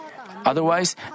otherwise